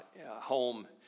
home